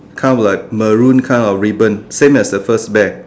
kind of like maroon kind of ribbon same as the first bear